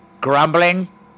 grumbling